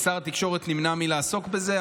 ושר התקשורת נמנע מלעסוק בזה.